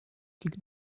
kick